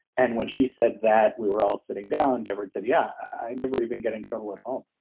and when she said that we were all sitting down, devon said, yeah. i never even get in trouble at all